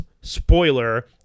spoiler